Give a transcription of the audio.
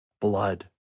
Blood